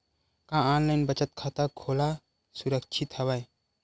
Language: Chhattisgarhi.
का ऑनलाइन बचत खाता खोला सुरक्षित हवय?